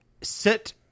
sit